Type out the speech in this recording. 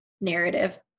narrative